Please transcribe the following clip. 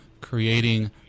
creating